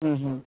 হুম হুম